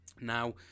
Now